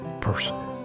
person